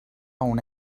una